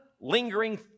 lingering